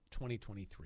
2023